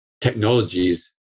technologies